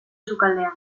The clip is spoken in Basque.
sukaldean